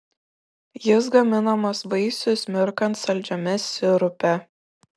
jis gaminamas vaisius mirkant saldžiame sirupe